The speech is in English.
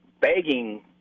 begging